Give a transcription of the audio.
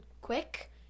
quick